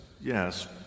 yes